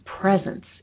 presence